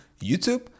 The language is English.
YouTube